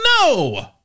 No